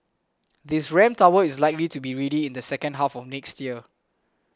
this ramp tower is likely to be ready in the second half next year